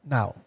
Now